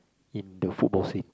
in the football scene